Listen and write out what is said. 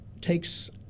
takes